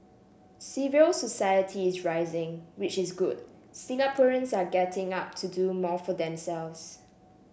civil society is rising which is good Singaporeans are getting up to do more for themselves